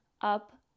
up